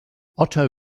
otto